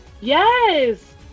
Yes